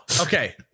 Okay